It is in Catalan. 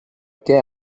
què